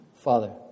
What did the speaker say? Father